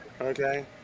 Okay